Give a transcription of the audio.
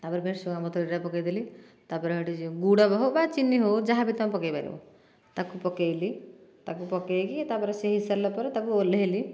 ତାପରେ ଭୃଷୁଙ୍ଗା ପତ୍ର ଟିକେ ପକେଇଦେଲି ତାପରେ ସେ ଗୁଡ଼ ହେଉ ବା ଚିନି ହେଉ ଯାହା ବି ତୁମେ ପକେଇପାରିବ ତାକୁ ପକେଇଲି ତାକୁ ପକେଇକି ତାପରେ ସେ ହୋଇସାରିଲା ପରେ ତାକୁ ଓଲେହେଇଲି